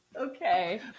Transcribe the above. Okay